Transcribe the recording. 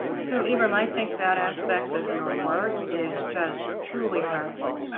so ibram, i think that aspect of your work is just truly powerful,